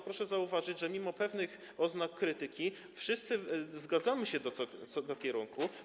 Proszę zauważyć, że mimo pewnych oznak krytyki wszyscy zgadzamy się co do kierunku zmian.